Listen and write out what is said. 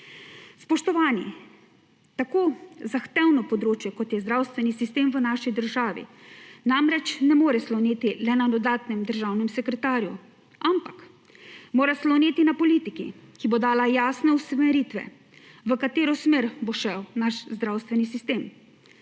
Spoštovani! Tako zahtevno področje, kot je zdravstveni sistem v naši državi, namreč ne more sloneti le na dodatnem državnem sekretarju, ampak mora sloneti na politiki, ki bo dala jasne usmeritve, v katero smer bo šel naš zdravstveni sistem.